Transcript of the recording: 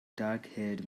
darkhaired